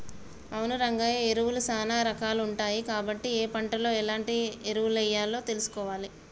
అవును రంగయ్య ఎరువులు సానా రాకాలు ఉంటాయి కాబట్టి ఏ పంటలో ఎలాంటి ఎరువులెయ్యాలో తెలుసుకోవాలి